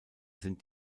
sind